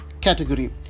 category